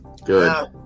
Good